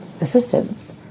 assistance